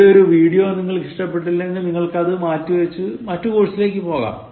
ഇവിടെ ഒരു വീഡിയോ നിങ്ങൾക്ക് ഇഷ്ടപ്പെട്ടില്ലെങ്ങിൽ നിങ്ങൾക്ക് അത് മാറ്റിവച്ചു മറ്റ് കോഴ്സുകളിലെക്ക് പോകാം